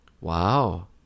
Wow